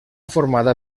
formada